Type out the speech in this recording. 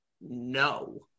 no